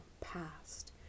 past